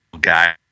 guy